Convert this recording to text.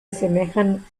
asemejan